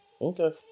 Okay